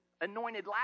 anointed